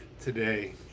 today